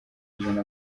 ijana